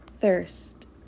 Thirst